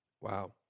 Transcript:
Wow